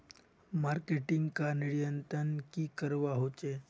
Marketing का नियंत्रण की करवा होचे?